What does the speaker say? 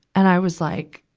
and i was like,